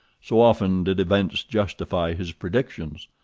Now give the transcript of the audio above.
so often did events justify his predictions.